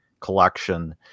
collection